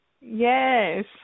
Yes